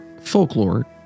folklore